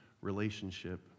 relationship